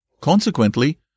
Consequently